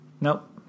nope